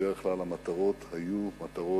ובדרך כלל המטרות היו מטרות